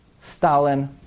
Stalin